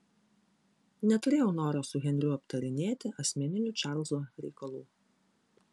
neturėjau noro su henriu aptarinėti asmeninių čarlzo reikalų